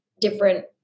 different